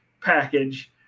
package